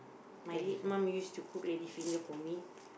my late mom used to cook lady's finger for me